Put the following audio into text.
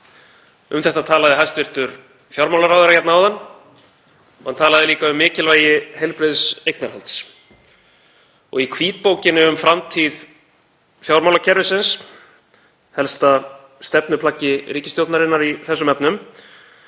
Um þetta talaði hæstv. fjármálaráðherra hérna áðan. Hann talaði líka um mikilvægi heilbrigðs eignarhalds. Í hvítbókinni um framtíð fjármálakerfisins, helsta stefnuplaggi ríkisstjórnarinnar í þessum efnum,